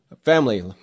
family